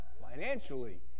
financially